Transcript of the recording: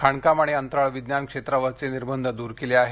खाणकाम आणि अंतराळ विज्ञान क्षेत्रावरचे निर्बंध दूर केले आहेत